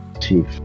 Chief